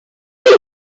its